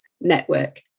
network